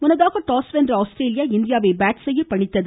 முன்னதாக டாஸ்வென்ற ஆஸ்திரேலியா இந்தியாவை பேட் செய்ய பணித்தது